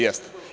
Jeste.